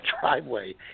driveway